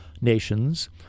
nations